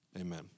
Amen